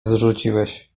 zrzuciłeś